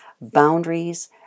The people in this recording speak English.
Boundaries